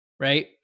right